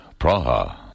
Praha